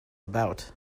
about